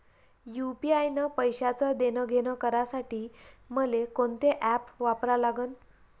UPI न पैशाचं देणंघेणं करासाठी मले कोनते ॲप वापरा लागन?